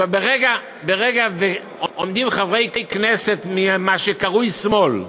עכשיו, ברגע שעומדים חברי כנסת ממה שקרוי שמאל,